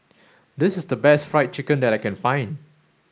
this is the best fried chicken that I can find